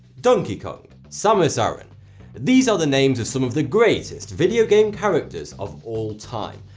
donkey kong, samus aran these are the names of some of the greatest video game characters of all time,